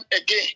again